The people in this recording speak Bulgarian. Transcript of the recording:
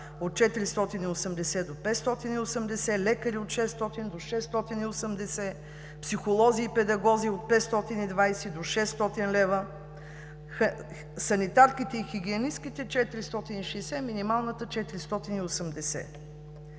от 480 лв. до 580 лв., лекари – от 600 до 680 лв., психолози и педагози – от 520 до 600 лв., санитарките и хигиенистките – 460, минималната – 480